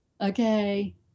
Okay